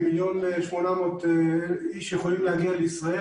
כמיליון ו-800,000 אנשים שיכולים להגיע לישראל